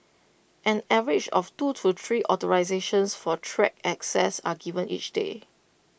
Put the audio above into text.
an average of two to three authorisations for track access are given each day